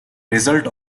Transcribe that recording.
result